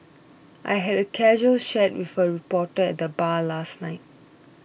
I had a casual chat with a reporter at the bar last night